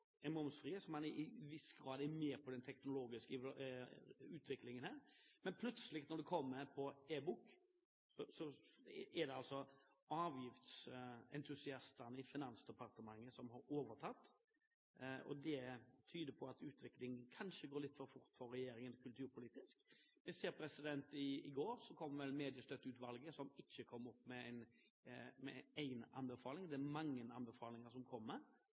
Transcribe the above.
den teknologiske utviklingen her – er momsfrie, men plutselig når det kommer på e-bok, er det avgiftsentusiastene i Finansdepartement som har overtatt. Det tyder på at utviklingen kanskje går litt for fort for regjeringen kulturpolitisk. Vi så at Mediestøtteutvalget i går ikke kom med bare én anbefaling, men det kom med mange anbefalinger når det gjelder moms. Det er en hel haug med forslag – ulike momssatser på aviser, e-aviser, nettaviser eller hva det